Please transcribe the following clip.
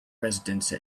residence